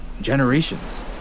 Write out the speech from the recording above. generations